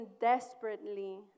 desperately